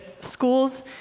schools